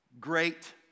great